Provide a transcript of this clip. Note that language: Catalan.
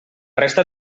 resta